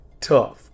tough